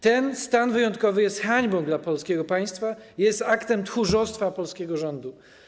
Ten stan wyjątkowy jest hańbą dla polskiego państwa, jest aktem tchórzostwa polskiego rządu.